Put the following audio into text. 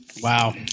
Wow